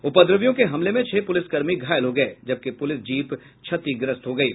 उपद्रवियों के हमले में छह पुलिसकर्मी घायल हो गये जबकि पुलिस जीप क्षतिग्रस्त हो गयी